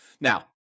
Now